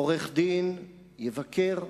עורך-דין יבקר,